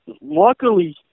Luckily